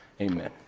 Amen